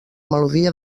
melodia